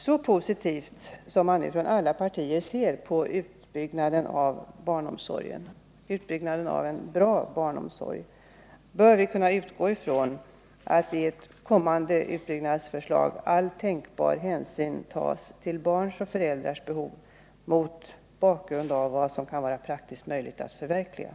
Så positivt som alla partier nu ser på utbyggnaden av barnomsorgen — och en bra barnomsorg — bör vi kunna utgå ifrån att i ett kommande utbyggnadsförslag all tänkbar hänsyn tas till barns och föräldrars behov mot bakgrund av vad som kan vara praktiskt möjligt att förverkliga.